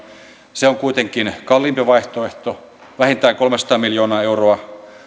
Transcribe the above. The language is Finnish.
se on kuitenkin kalliimpi vaihtoehto vähintään kolmesataa miljoonaa euroa